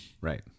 Right